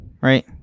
right